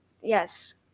Yes